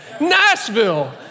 Nashville